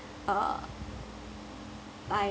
uh I